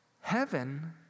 Heaven